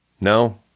no